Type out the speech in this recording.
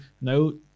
no